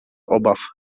obaw